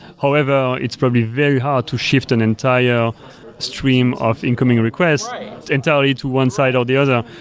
however, it's probably very hard to shift an entire stream of incoming request and tell you to one side or the other.